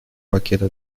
пакета